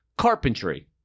Carpentry